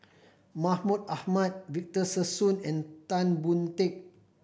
Mahmud Ahmad Victor Sassoon and Tan Boon Teik